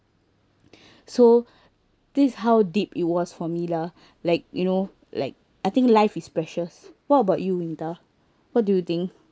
so this is how deep it was for me lah like you know like I think life is precious what about you intah what do you think